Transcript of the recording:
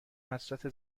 حسرت